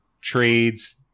trades